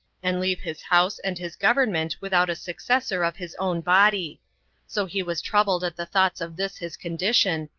and leave his house and his government without a successor of his own body so he was troubled at the thoughts of this his condition,